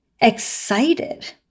excited